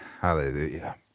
hallelujah